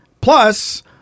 plus